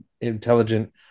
intelligent